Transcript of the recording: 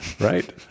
right